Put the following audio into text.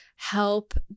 help